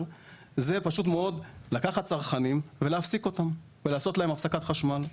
היא לקחת צרכנים ולעשות להם הפסקת חשמל.